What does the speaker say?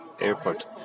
Airport